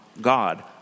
God